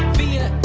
via